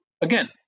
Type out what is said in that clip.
again